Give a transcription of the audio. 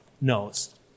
knows